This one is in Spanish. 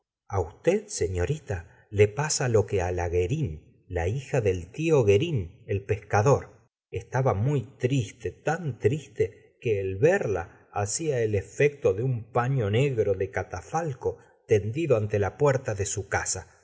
a usted señorita le pasa lo que la guerine la hija del tío guerin el pescador estaba muy triste tan triste que el verla hacia el efecto de un patio negro de catafalco tendido ante la puerta de su casa